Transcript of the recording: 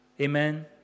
Amen